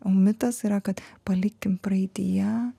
o mitas yra kad palikim praeityje